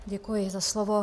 Děkuji za slovo.